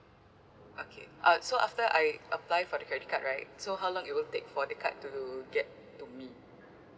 okay uh so after I apply for the credit card right so how long it will take for the card to get to me